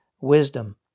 wisdom